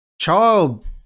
child